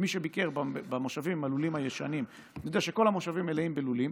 מי שביקר במושבים עם הלולים הישנים יודע שכל המושבים מלאים בלולים.